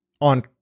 on